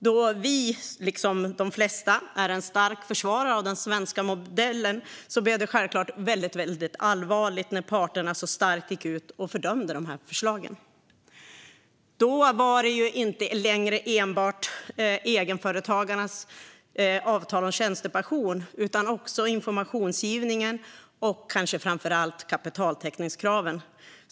Då vi liksom de flesta är en stark försvarare av den svenska modellen blev det självklart väldigt allvarligt när parterna gick ut och så starkt fördömde förslagen. Det gällde inte längre enbart egenföretagarnas avtal om tjänstepension utan också informationsgivningen och kanske framför allt kapitaltäckningskraven.